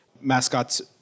Mascots